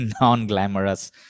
non-glamorous